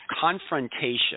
confrontation